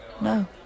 no